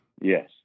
Yes